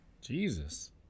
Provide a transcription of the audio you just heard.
Jesus